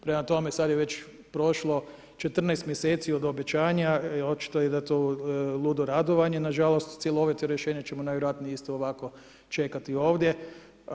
Prema tome, sad je već prošlo 14 mj. od obećanja, očito da je tu ludo radovanje nažalost, cjelovito rješenje ćemo najvjerojatnije isto ovako čekati ovdje.